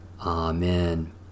Amen